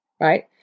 right